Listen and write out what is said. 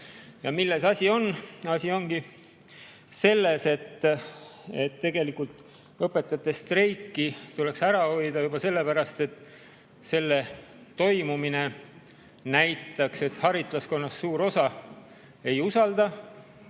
lubatud. Milles asi on? Asi ongi tegelikult selles, et õpetajate streik tuleks ära hoida juba sellepärast, et selle toimumine näitaks, et haritlaskonnast suur osa ei usalda